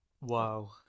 Wow